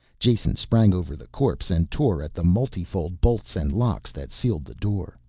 jason sprang over the corpse and tore at the multifold bolts and locks that sealed the door.